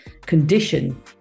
condition